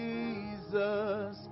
Jesus